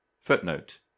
Footnote